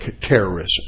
terrorism